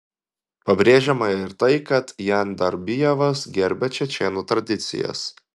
pabrėžiama ir tai kad jandarbijevas gerbia čečėnų tradicijas